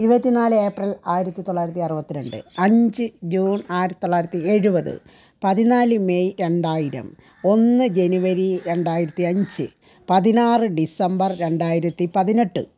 ഇരുപത്തി നാല് ഏപ്രിൽ ആയിരത്തി തൊള്ളായിരത്തി അറുപത്തി രണ്ട് അഞ്ച് ജൂൺ ആയിരത്തി തൊള്ളായിരത്തി എഴുപത് പതിനാല് മെയ് രണ്ടായിരം ഒന്ന് ജനുവരി രണ്ടായിരത്തി അഞ്ച് പതിനാറ് ഡിസമ്പർ രണ്ടായിരത്തി പതിനെട്ട്